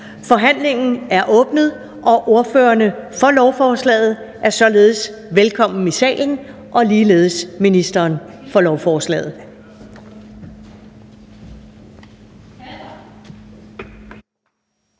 Forhandlingen er åbnet, og ordførerne på lovforslaget er således velkomne i salen. Det samme gælder ministeren. Den første